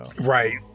Right